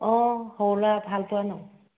অঁ সৰু ল'ৰা ভাল পোৱা ন